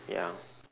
ya